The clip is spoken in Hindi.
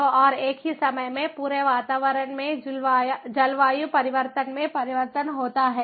तो और एक ही समय में पूरे वातावरण में जलवायु परिवर्तन में परिवर्तन होता है